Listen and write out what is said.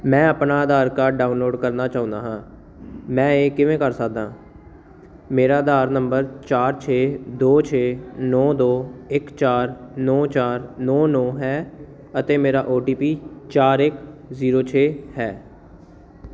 ਮੈਂ ਆਪਣਾ Aadhaar card download ਕਰਨਾ ਚਾਹੁੰਦਾ ਹਾਂ ਮੈਂ ਇਹ ਕਿਵੇਂ ਕਰ ਸਕਦਾ ਹਾਂ ਮੇਰਾ ਆਧਾਰ ਨੰਬਰ ਚਾਰ ਛੇ ਦੋ ਛੇ ਨੌਂ ਦੋ ਇੱਕ ਚਾਰ ਨੌਂ ਚਾਰ ਨੌਂ ਨੌਂ ਹੈ ਅਤੇ ਮੇਰਾ ਓਟੀਪੀ ਚਾਰ ਇੱਕ ਜੀਰੋ ਛੇ ਹੈ